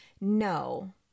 No